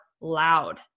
loud